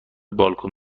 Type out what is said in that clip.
بالکن